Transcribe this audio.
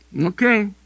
Okay